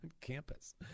campus